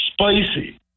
Spicy